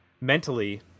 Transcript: mentally